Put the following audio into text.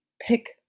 pick